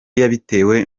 yabitewe